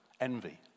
envy